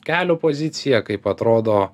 kelių pozicija kaip atrodo